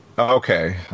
Okay